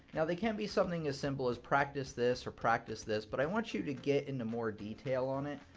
now, they can be something as simple as practice this or practice this, but i want you to get into more detail on it.